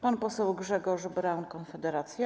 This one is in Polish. Pan poseł Grzegorz Braun, Konfederacja.